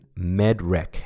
MEDREC